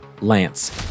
Lance